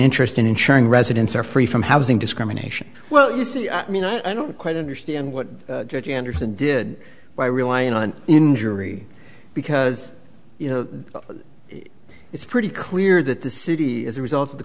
interest in ensuring residents are free from housing discrimination well you see i mean i don't quite understand what judge andersen did by relying on injury because you know it's pretty clear that the city as a result of the